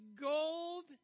gold